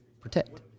protect